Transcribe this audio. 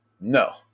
No